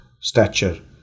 stature